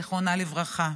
זיכרונה לברכה.